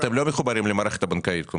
אתם לא מחוברים למערכת הבנקאית.